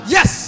Yes